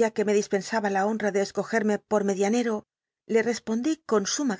ya fue me dispensaba la hona de escogerme por medianero le respondí con suma